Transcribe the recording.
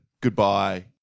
goodbye